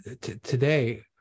today